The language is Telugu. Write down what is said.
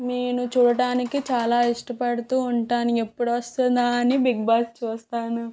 నేను చూడటానికి చాలా ఇష్టపడుతూ ఉంటాను ఎప్పుడు వస్తుందా అని బిగ్ బాస్ చూస్తాను